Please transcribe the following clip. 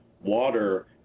water